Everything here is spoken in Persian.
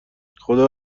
خدا